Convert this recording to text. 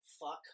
fuck